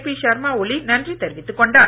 B Sharma ஒலி நன்றி தெரிவித்துக் கொண்டார்